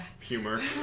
humor